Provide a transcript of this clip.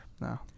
No